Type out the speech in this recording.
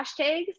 hashtags